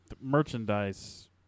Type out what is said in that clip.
merchandise